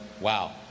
wow